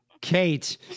Kate